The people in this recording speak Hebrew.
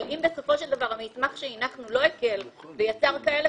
אבל אם בסופו של דבר המסמך שהנחנו לא הקל ויצר כאלה